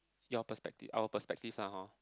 your perspective our perspective lah hor